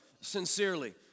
sincerely